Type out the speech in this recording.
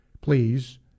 please